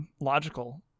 logical